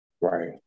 Right